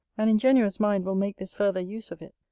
an ingenuous mind will make this farther use of it,